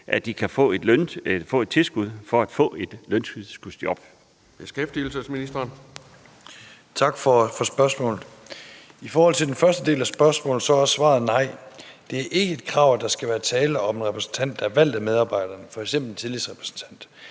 Beskæftigelsesministeren (Troels Lund Poulsen): Tak for spørgsmålet. I forhold til den første del af spørgsmål er svaret nej. Det er ikke et krav, at der skal være tale om en repræsentant, der er valgt af medarbejderne, f.eks. en tillidsrepræsentant.